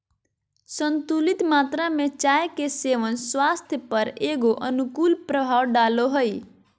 संतुलित मात्रा में चाय के सेवन स्वास्थ्य पर एगो अनुकूल प्रभाव डालो हइ